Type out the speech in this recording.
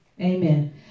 amen